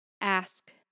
ask